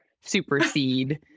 supersede